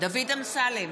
דוד אמסלם,